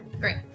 Great